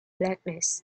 blackness